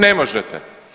Ne možete.